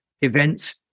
events